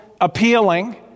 appealing